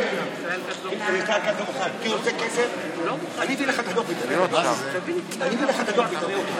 אינה נוכחת יש מי מבין חברי הכנסת שנמצא